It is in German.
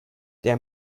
der